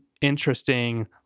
interesting